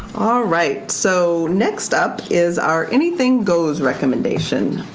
alright, so next up is our anything goes recommendation.